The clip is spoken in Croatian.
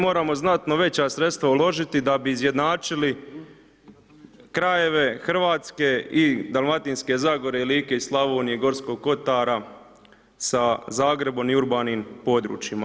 Mi moramo znatno veća sredstva uložiti da bi izjednačili krajeve Hrvatske i Dalmatinske Zagore, i Like, i Slavonije i Gorskog kotara, sa Zagrebom i urbanim područjima.